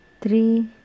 three